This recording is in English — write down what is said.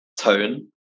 tone